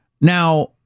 now